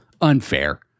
unfair